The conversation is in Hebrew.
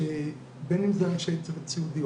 בין אם זה אנשי צוות סיעודי,